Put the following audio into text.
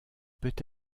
peut